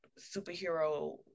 superhero